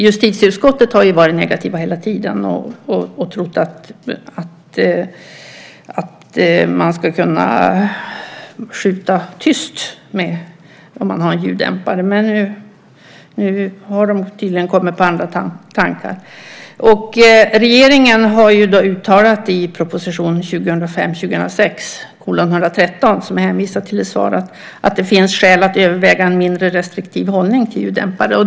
Justitieutskottet har hela tiden varit negativt och trott att det går att skjuta tyst med en ljuddämpare. Men nu har man tydligen kommit på andra tankar. Regeringen har uttalat i proposition 2005/06:113, som det hänvisas till i svaret, att det finns skäl att överväga en mindre restriktiv hållning till ljuddämpare.